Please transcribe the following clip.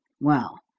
well,